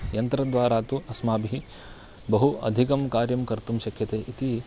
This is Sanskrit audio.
यन्त्रद्वारा तु अस्माभिः बहु अधिकं कार्यं कर्तुं शक्यते इति